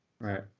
Right